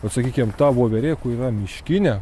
o sakykim ta voverė kur yra miškinė